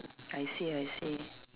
I see I see